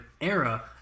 era